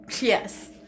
Yes